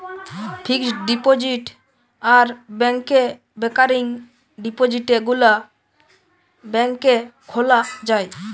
fixed deposit আর ব্যাংকে recurring ডিপোজিটে গুলা ব্যাংকে খোলা যায়